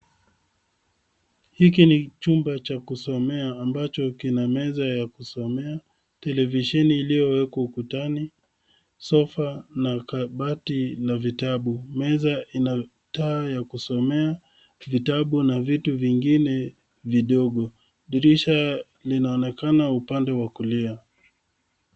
Hiki ni chumba cha kusomea ambacho kina meza ya kusomea, televisheni iliyowekwa ukutani, sofa na kabati na vitabu. Meza ina taa ya kusomea, vitabu na vitu vingine vidogo. Dirisha linaonekana upande wa kulia.